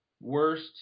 worst